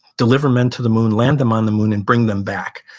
deliver men to the moon, land them on the moon, and bring them back.